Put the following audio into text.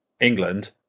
England